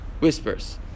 whispers